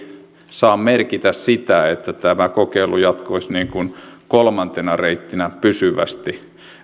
saa merkitä sitä että tämä kokeilu jatkuisi niin kuin kolmantena reittinä pysyvästi